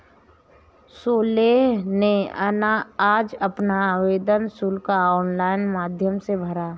सोहेल ने आज अपना आवेदन शुल्क ऑनलाइन माध्यम से भरा